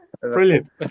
Brilliant